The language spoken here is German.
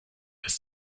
ist